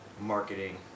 marketing